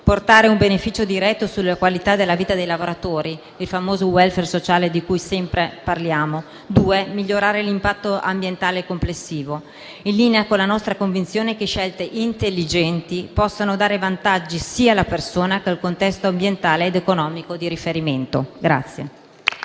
portare un beneficio diretto sulla qualità della vita dei lavoratori, il famoso *welfare* sociale di cui sempre parliamo; in secondo luogo, migliorare l'impatto ambientale complessivo, in linea con la nostra convinzione che scelte intelligenti possano dare vantaggi sia alla persona sia al contesto ambientale ed economico di riferimento.